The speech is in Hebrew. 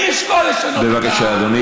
אני אשקול לשנות את סדר הדברים.